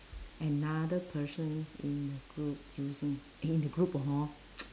another person in a group using in a group hor